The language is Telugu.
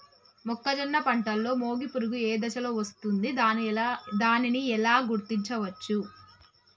మొక్కజొన్న పంటలో మొగి పురుగు ఏ దశలో వస్తుంది? దానిని ఎలా గుర్తించవచ్చు?